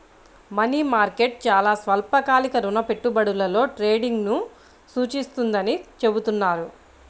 money market చాలా స్వల్పకాలిక రుణ పెట్టుబడులలో ట్రేడింగ్ను సూచిస్తుందని చెబుతున్నారు